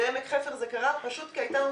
בעמק חפר זה קרה פשוט כי הייתה לנו